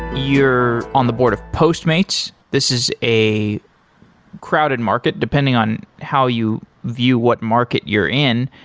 you're on the board of postmates. this is a crowded market, depending on how you view what market you're in.